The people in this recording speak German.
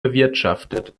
bewirtschaftet